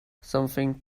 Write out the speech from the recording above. something